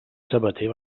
sabater